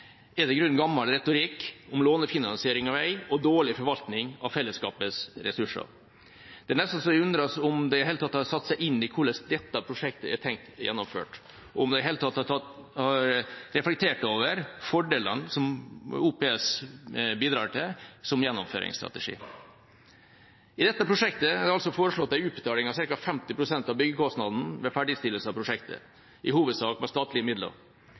er det i grunnen gammel retorikk om lånefinansiering av vei og dårlig forvaltning av fellesskapets ressurser. Det er nesten så jeg undres om de i det hele tatt har satt seg inn i hvordan dette prosjektet er tenkt gjennomført, om de i det hele tatt har reflektert over fordelene som OPS bidrar til som gjennomføringsstrategi. I dette prosjektet er det foreslått en utbetaling av ca. 50 pst. av byggekostnaden ved ferdigstillelse av prosjektet, i hovedsak fra statlige midler.